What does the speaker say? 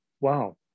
Wow